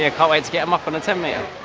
and can't wait to get them up on the ten metre.